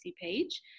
page